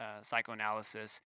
psychoanalysis